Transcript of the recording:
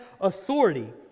authority